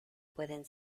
pueden